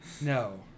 No